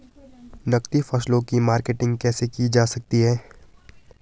नकदी फसलों की मार्केटिंग कैसे की जा सकती है?